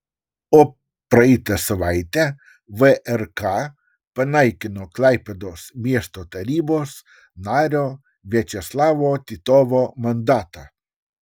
o praeitą savaitę vrk panaikino klaipėdos miesto tarybos nario viačeslavo titovo mandatą